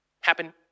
happen